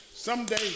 Someday